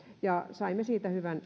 saimme siitä hyvän